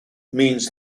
means